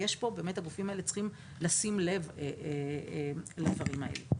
הגופים האלה באמת צריכים לשים לב לדברים האלה.